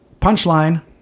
punchline